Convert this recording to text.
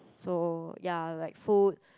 so ya like food